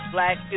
Black